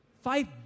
Five